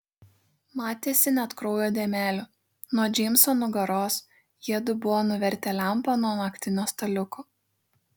matėsi net kraujo dėmelių nuo džeimso nugaros jiedu buvo nuvertę lempą nuo naktinio staliuko